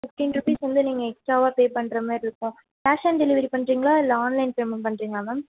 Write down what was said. fifteen rupees வந்து நீங்கள் எக்ஸ்ட்ராவாக பே பண்ணுற மாதிரி இருக்கும் கேஷ் ஆன் டெலிவெரி பண்ணுறீங்களா இல்லை ஆன்லைன் பேமெண்ட் பண்ணுறீங்களா மேம்